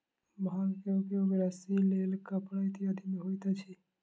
भांग के उपयोग रस्सी तेल कपड़ा इत्यादि में होइत अछि